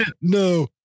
no